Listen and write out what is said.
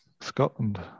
Scotland